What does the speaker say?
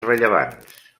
rellevants